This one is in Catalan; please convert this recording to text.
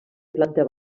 planta